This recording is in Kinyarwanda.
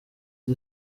the